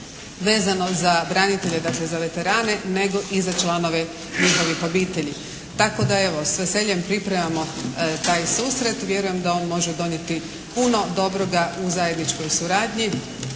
vezano za branitelje, dakle za veterane, nego i za članove njihovih obitelji. Tako da evo, s veseljem pripremamo taj susret. Vjerujem da on može donijeti puno dobroga u zajedničkoj suradnji.